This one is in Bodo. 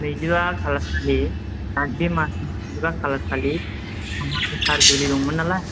नैजिबा खालार खालि बे मासनि नैजिबा खालार खालि आंहा गोथार जुलि दंमोन नालाय